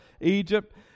Egypt